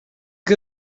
que